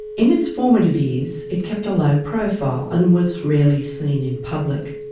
in its formative years it kept a low profile and was rarely seen in public.